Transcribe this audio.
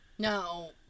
No